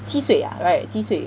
七岁 ah right 七岁